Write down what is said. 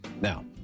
Now